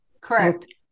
correct